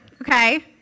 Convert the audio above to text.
okay